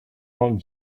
old